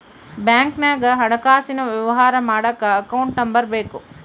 ಬ್ಯಾಂಕ್ನಾಗ ಹಣಕಾಸಿನ ವ್ಯವಹಾರ ಮಾಡಕ ಅಕೌಂಟ್ ನಂಬರ್ ಬೇಕು